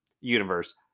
universe